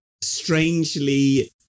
Strangely